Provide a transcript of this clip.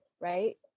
right